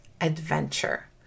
adventure